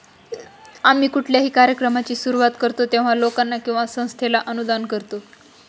आम्ही कुठल्याही कार्यक्रमाची सुरुवात करतो तेव्हा, लोकांना किंवा संस्थेला अनुदान करतो